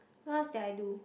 what else did I do